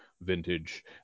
vintage